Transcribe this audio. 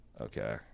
Okay